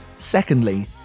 Secondly